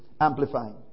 Amplifying